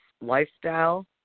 lifestyle